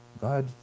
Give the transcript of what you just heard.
God